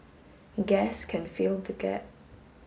gas can fill the gap